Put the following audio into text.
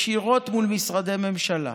ישירות מול משרדי ממשלה,